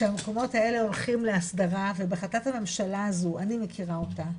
שהמקומות האלה הולכים להסדרה ובהחלטת הממשלה הזו - אני מכירה אותה,